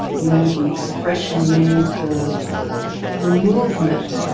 you need the expression, you need the the movement,